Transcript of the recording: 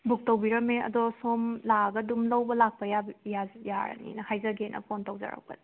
book ꯇꯧꯕꯤꯔꯝꯃꯦ ꯑꯗꯣ ꯁꯣꯝ ꯂꯥꯛꯑꯒ ꯑꯗꯨꯝ ꯂꯧꯕ ꯂꯥꯛꯄ ꯑꯗꯨꯝ ꯌꯥꯔꯅꯤꯅ ꯍꯥꯏꯖꯒꯦꯅ ꯐꯣꯟ ꯇꯧꯖꯔꯛꯄꯅꯤ